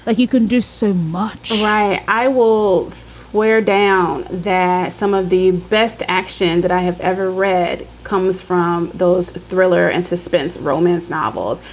ah you can do so much right. i will wear down the some of the best action that i have ever read comes from those thriller and suspense romance novels,